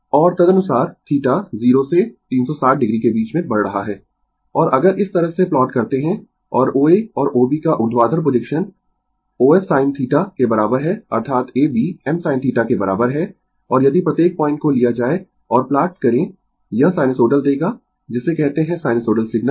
और तदनुसार θ 0 से 360 o के बीच में बढ़ रहा है और अगर इस तरह से प्लॉट करते है और O A और AB का ऊर्ध्वाधर प्रोजेक्शन os sin θ के बराबर है अर्थात A B m sin θ के बराबर है और यदि प्रत्येक पॉइंट को लिया जाए और प्लॉट करें यह साइनसोइडल देगा जिसे कहते है साइनसोइडल सिग्नल